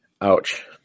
Ouch